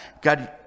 God